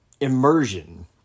immersion